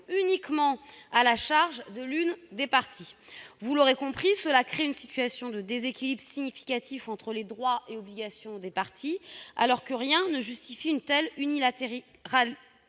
uniquement à la charge de l'une des parties. Vous l'aurez compris, cela crée une situation de déséquilibre significatif entre les droits et obligations des parties, alors que rien ne justifie une telle unilatéralité